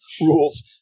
rules